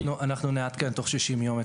נעדכן תוך 60 יום.